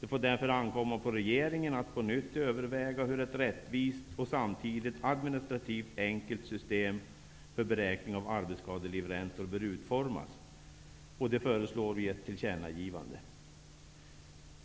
Det får därför ankomma på regeringen att på nytt överväga hur ett rättvist och samtidigt administrativt enkelt system för beräkning av arbetsskadelivräntor bör utformas. Det föreslår vi ett tillkännagivande om.